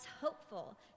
hopeful